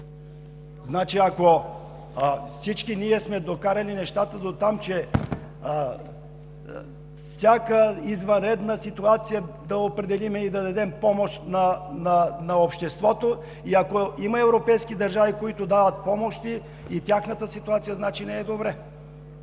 помощи, ако всички ние сме докарали нещата до там, че при всяка извънредна ситуация определяме и даваме помощ на обществото. Ако има европейски държави, които дават помощи, и тяхната ситуация значи не е добра.